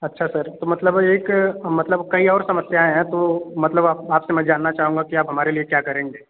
अच्छा सर तो मतलब एक मतलब कई और समस्याएँ हैं तो मतलब आप आपसे मैं जानना चाहूँगा कि आप हमारे लिए क्या करेंगे